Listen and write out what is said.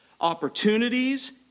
opportunities